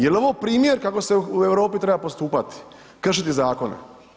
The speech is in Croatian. Je li ovo primjer kako se u Europi treba postupati, kršiti zakone?